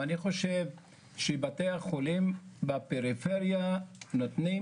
אני חושב שבתי החולים בפריפריה נותנים